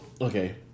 okay